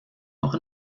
noch